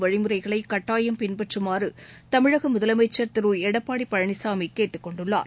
வழிமுறைகளை கட்டாயம் பின்பற்றுமாறு தமிழக முதலமைச்சர் திரு எடப்பாடி பழனிசாமி கேட்டுக் கொண்டுள்ளார்